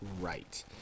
right